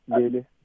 Lele